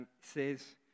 says